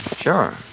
Sure